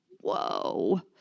Whoa